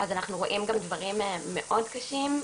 אנחנו רואים גם דברים מאוד קשים,